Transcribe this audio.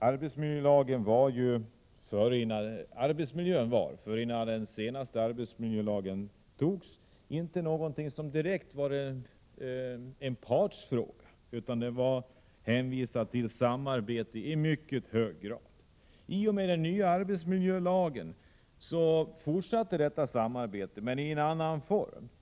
Arbetsmiljön var, innan den senaste arbetsmiljölagen antogs, inte direkt en partsfråga, utan den var i mycket hög grad hänvisad till samarbete mellan parterna. I och med den nya arbetsmiljölagen fortsatte detta samarbete men i en annan form.